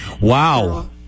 Wow